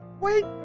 Wait